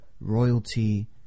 Royalty